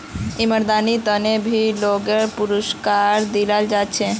ईमानदारीर त न भी लोगक पुरुस्कार दयाल जा छेक